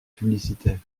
publicitaires